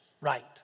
right